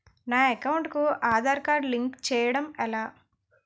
నా అకౌంట్ కు Aadhaar card link చేయడం ఎలా?